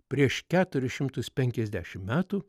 prieš keturis šimtus penkiasdešim metų